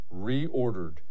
reordered